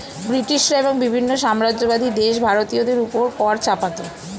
ব্রিটিশরা এবং বিভিন্ন সাম্রাজ্যবাদী দেশ ভারতীয়দের উপর কর চাপাতো